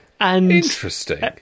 Interesting